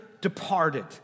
departed